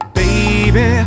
baby